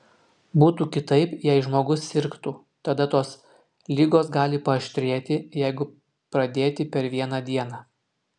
būtų kitaip jei žmogus sirgtų tada tos ligos gali paaštrėti jeigu pradėti per vieną dieną